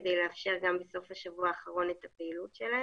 כדי לאפשר גם בסוף השבוע האחרון את הפעילות שלהם.